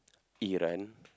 Iran